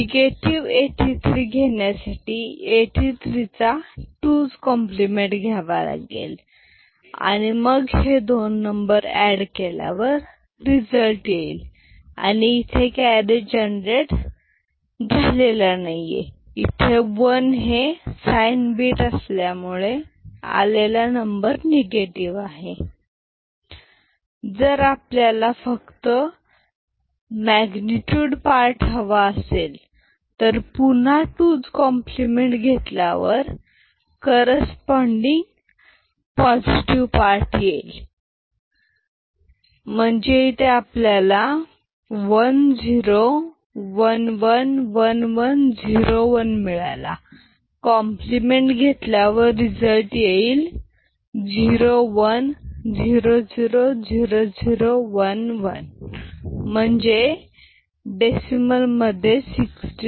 negative 83 घेण्यासाठी 83 चा 2s complement घ्यावा लागेल दोन्ही नंबर एड केल्यावर रिझल्ट येईल आणि इथे कॅरी जनरेट झाला नाही इथे वन हे साइन बीट असल्यामुळे आलेला नंबर निगेटिव आहे जर आपल्याला फक्त मॅग्नेटयूड पार्ट हवा असेल तर पुन्हा 2s कॉम्प्लिमेंट घेतल्यावर करेस्पोंडीग पॉझिटिव पार्ट येईल म्हणजे इथे आपल्याला 1 0 1 1 1 1 0 1 मिळाला कॉम्प्लिमेंट घेतल्यावर रिझल्ट येईल 0 1 0 0 0 0 1 1 म्हणजेच डेसिमल मध्ये 67